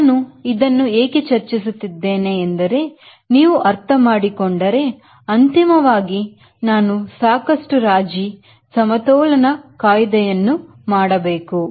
ನಾನು ಇದನ್ನು ಏಕೆ ಚಚ್ಚುತ್ತಿದ್ದೇನೆ ಎಂದರೆ ನೀವು ಅರ್ಥಮಾಡಿಕೊಂಡರೆ ಅಂತಿಮವಾಗಿ ನಾವು ಸಾಕಷ್ಟು ರಾಜಿ ಸಮತೋಲನ ಕಾಯ್ದೆಯನ್ನು ಮಾಡಬೇಕು